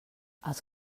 els